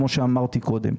כמו שאמרתי קודם.